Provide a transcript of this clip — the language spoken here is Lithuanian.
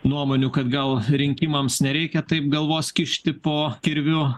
nuomonių kad gal rinkimams nereikia taip galvos kišti po kirviu